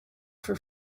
for